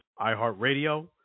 iHeartRadio